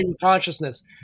consciousness